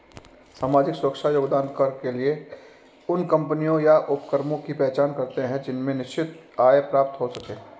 सामाजिक सुरक्षा योगदान कर के लिए उन कम्पनियों या उपक्रमों की पहचान करते हैं जिनसे निश्चित आय प्राप्त हो सके